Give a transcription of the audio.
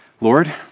Lord